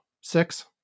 Six